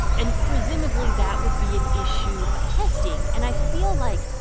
and presumably, that would be an issue of testing. and i feel like,